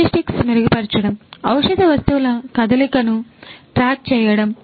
logistics మెరుగుపరచడం ఔషధ వస్తువుల కదలికను ట్రాక్ చెయ్యడం